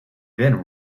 then